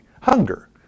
hunger